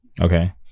okay